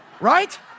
right